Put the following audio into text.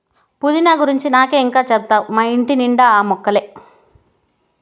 పుదీనా గురించి నాకే ఇం గా చెప్తావ్ మా ఇంటి నిండా ఆ మొక్కలే